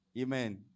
Amen